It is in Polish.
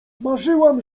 marzyłam